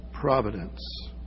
providence